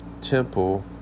temple